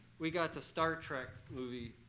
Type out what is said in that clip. we got to star trek movie